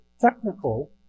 technical